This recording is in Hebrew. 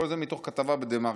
כל זה מתוך כתבה בדה מרקר.